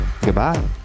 Goodbye